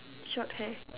short hair